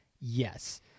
yes